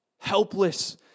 Helpless